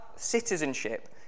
citizenship